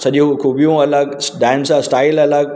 सॼियूं ख़ूबियूं अलॻि डांस जा स्टाइल अलॻि